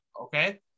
okay